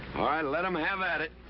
let em have at it.